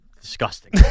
disgusting